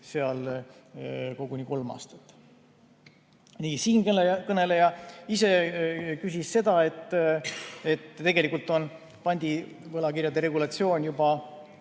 kirjas koguni kolm aastat. Siinkõneleja ise küsis seda, et tegelikult on pandikirjade regulatsioon juba